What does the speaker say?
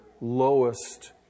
lowest